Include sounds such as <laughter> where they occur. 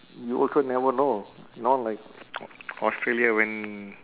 you also never know you know like <noise> australia when